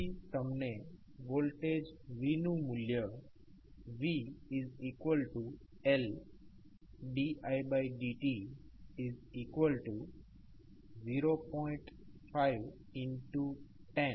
તેથી તમને વોલ્ટેજ vનુ મુલ્યુ vL didt0